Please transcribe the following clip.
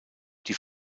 die